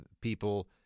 People